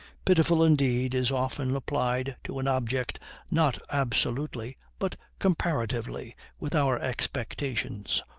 pitiful, indeed, is often applied to an object not absolutely, but comparatively with our expectations,